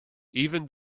even